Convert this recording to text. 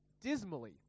dismally